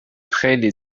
خیلی